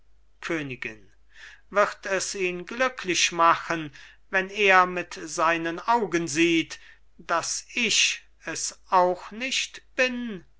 königin wird es ihn glücklich machen wenn er mit seinen augen sieht daß ich es auch nicht bin